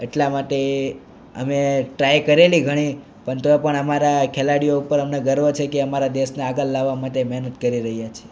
એટલા માટે અમે ટ્રાય કરેલી ઘણી પણ તો પણ અમારા ખેલાડીઓ ઉપર અમને ગર્વ છે કે અમારા દેશને આગળ લાવવા માટે મહેનત કરી રહ્યા છે